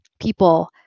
people